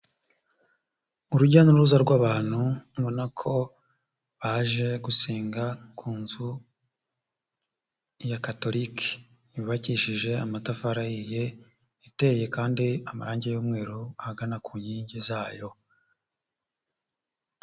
Urujya n'uruza rw'abantu ubona ko baje gusenga ku nzu ya katoliki yubakishije amatafari ahiye, iteye kandi amarange y'umweru ahagana ku nkingi zayo.